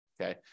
Okay